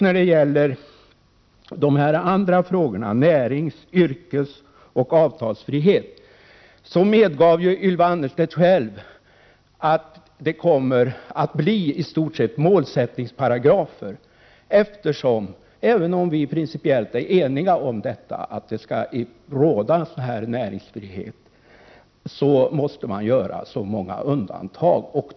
Beträffande de andra frågorna — närings-, yrkesoch avtalsfrihet — medgav Ylva Annerstedt att det kommer att bli i stort sett målsättningsparagrafer, eftersom det, även om vi principiellt är eniga om att det skall råda näringsfrihet, måste göras många undantag.